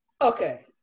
okay